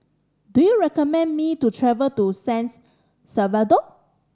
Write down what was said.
do you recommend me to travel to San's Salvador